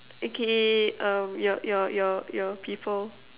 okay um your your your your your people